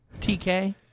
TK